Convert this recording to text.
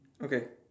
okay